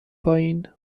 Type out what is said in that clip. پایین